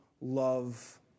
love